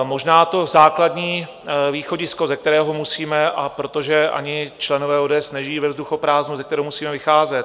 Možná to základní východisko, ze kterého musíme protože ani členové ODS nežijí ve vzduchoprázdnu ze kterého musíme vycházet.